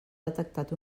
detectat